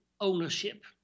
ownership